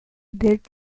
death